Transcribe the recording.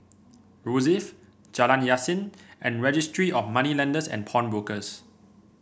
Rosyth Jalan Yasin and Registry of Moneylenders and Pawnbrokers